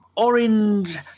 Orange